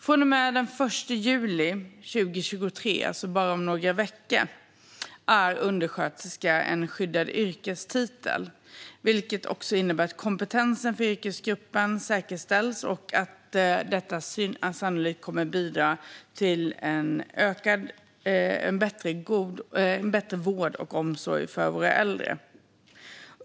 Från och med den 1 juli 2023 - om bara några veckor - är undersköterska en skyddad yrkestitel, vilket också innebär att kompetensen för yrkesgruppen säkerställs och att detta sannolikt kommer att bidra till bättre vård och omsorg för äldre.